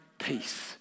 peace